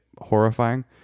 horrifying